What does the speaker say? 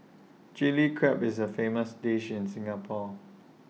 Chilli Crab is A famous dish in Singapore